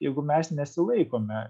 jeigu mes nesilaikome